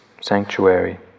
sanctuary